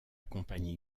compagnie